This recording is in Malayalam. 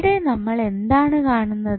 ഇവിടെ നമ്മൾ എന്താണ് കാണുന്നത്